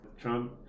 Trump